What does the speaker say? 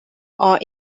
are